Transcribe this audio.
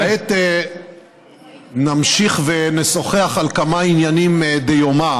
כעת נמשיך ונשוחח על כמה מענייני דיומא,